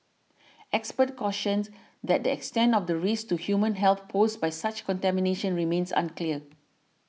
experts cautioned that the extent of the risk to human health posed by such contaminatio n remains unclear